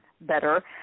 better